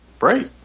Right